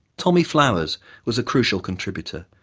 tommy flowers was a crucial contributor,